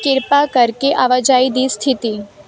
ਕਿਰਪਾ ਕਰਕੇ ਆਵਾਜਾਈ ਦੀ ਸਥਿਤੀ